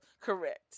Correct